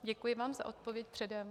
Děkuji vám za odpověď předem.